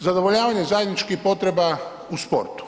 zadovoljavanje zajedničkih potreba u sportu.